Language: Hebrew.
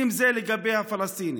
אם זה לגבי הפלסטינים,